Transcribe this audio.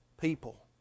people